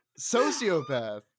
sociopath